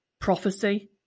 prophecy